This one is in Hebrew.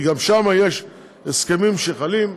כי גם שם יש הסכמים שחלים.